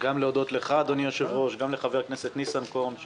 להודות לך אדוני היושב ראש וגם לחבר הכנסת ניסנקורן.